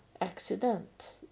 accident